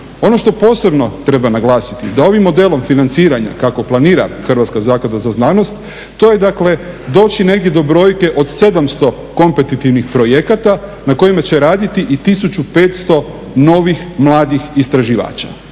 Ono što posebno treba naglasiti, da ovim modelom financiranja, kako planira Hrvatska zaklada za znanost, to je dakle doći negdje do brojke od 700 kompetitivnih projekata na kojima će raditi i 1500 novih mladih istraživača